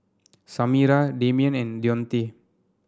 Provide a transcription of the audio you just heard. Samira Damien and Deontae